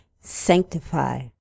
Sanctify